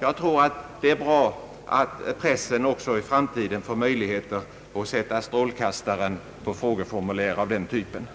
Jag tror det är bra att pressen också i framtiden får möjlighet att sätta strålkastaren på frågeformulär av den typen.